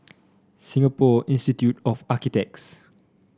Singapore Institute of Architects